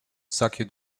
zakje